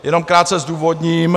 Jenom krátce zdůvodním.